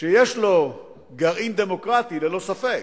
שיש לו גרעין דמוקרטי, ללא ספק,